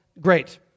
great